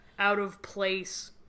out-of-place